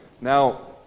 Now